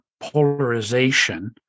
polarization